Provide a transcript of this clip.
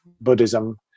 Buddhism